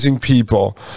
people